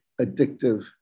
addictive